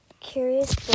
Curious